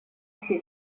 все